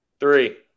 three